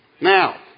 Now